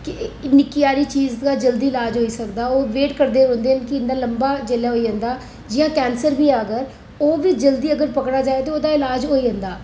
कि निक्की सारी चीज जल्दी ईलाज होई सकदा ओह् वेट करदे रौंहदे कि इं'दा लम्बा जेल्लै होई जंदा जियां कैंसर बी ऐ अगर ओह् बी जल्दी अगर पकड़ेआ जाए ते ओह्दा ईलाज होई जंदा